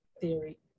theory